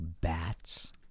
bats